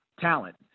talent